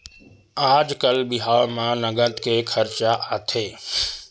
आजकाल बिहाव म नँगत के खरचा आथे